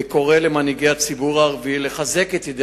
וקורא למנהיגי הציבור הערבי לחזק את ידי